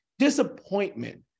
disappointment